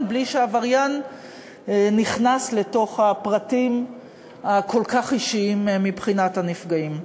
בלי שהעבריין נכנס לפרטים הכל-כך אישיים מבחינת הנפגעים.